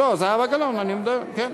זהבה גלאון, כן.